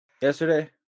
yesterday